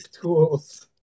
tools